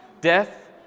Death